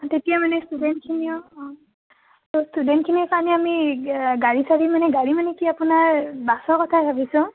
তেতিয়া মানে ষ্টুডেণ্টখিনিও অঁ ত' ষ্টুডেণ্টখিনিৰ কাৰণে আমি গাড়ী চাড়ী মানে গাড়ী মানে কি আপোনাৰ বাছৰ কথা ভাবিছোঁ